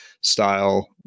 style